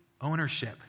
ownership